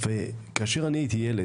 כאשר אני הייתי ילד,